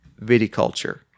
Viticulture